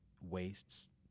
wastes